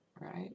right